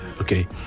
Okay